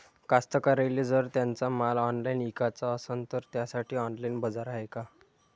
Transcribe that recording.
कास्तकाराइले जर त्यांचा माल ऑनलाइन इकाचा असन तर त्यासाठी ऑनलाइन बाजार हाय का?